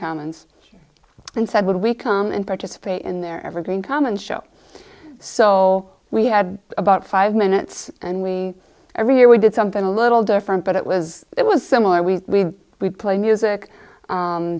commons and said we come and participate in their evergreen common show so we had about five minutes and we every year we did something a little different but it was it was similar we would play music